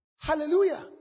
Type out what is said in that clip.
Hallelujah